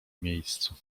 miejscu